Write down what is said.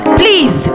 please